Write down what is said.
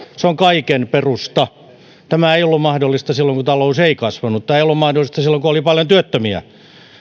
se on kaiken perusta tämä ei ollut mahdollista silloin kun talous ei kasvanut ja tämä ei ollut mahdollista silloin kun oli paljon työttömiä